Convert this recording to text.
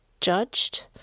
judged